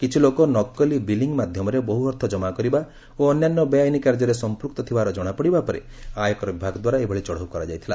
କିଛିଲୋକ ନକଲି ବିଲିଂ ମାଧ୍ୟମରେ ବହୁ ଅର୍ଥ ଜମା କରିବା ଓ ଅନ୍ୟାନ୍ୟ ବେଆଇନ କାର୍ଯ୍ୟରେ ସଂପୃକ୍ତ ଥିବାର ଜଣାପଡ଼ିବା ପରେ ଆୟକର ବିଭାଗ ଦ୍ୱାରା ଏଭଳି ଚଢ଼ଉ କରାଯାଇଥିଲା